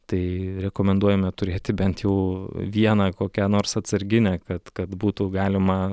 tai rekomenduojame turėti bent jau vieną kokią nors atsarginę kad kad būtų galima